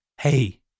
Hey